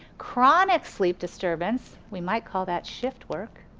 chronic sleep disturbance, we might call that shift-work